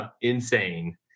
insane